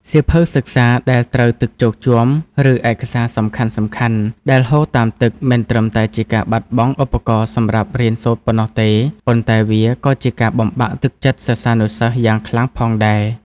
សៀវភៅសិក្សាដែលត្រូវទឹកជោកជាំ ឬឯកសារសំខាន់ៗដែលហូរតាមទឹក មិនត្រឹមតែជាការបាត់បង់ឧបករណ៍សម្រាប់រៀនសូត្រប៉ុណ្ណោះទេ ប៉ុន្តែវាក៏ជាការបំបាក់ទឹកចិត្តសិស្សានុសិស្សយ៉ាងខ្លាំងផងដែរ។